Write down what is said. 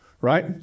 Right